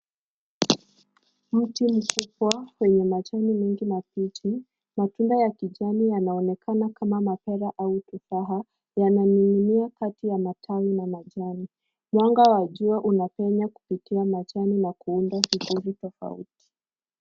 Mti mkubwa wenye majani mengi mabichi. Matunda ya kijani yanaonekana kama mapera au tufaha, yananing'inia kati ya matawi na majani. Mwanga wa jua unapenya kupitia majani na kuunda hifadhi tofauti.